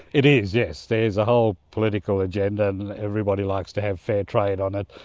it is, yes, there is a whole political agenda, and everybody likes to have fair trade on it.